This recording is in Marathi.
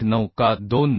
9 का 2 9